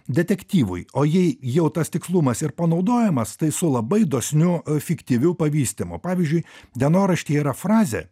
detektyvui o jei jau tas tikslumas ir panaudojamas tai su labai dosniu i fiktyviu pavystymu pavyzdžiui dienorašty yra frazė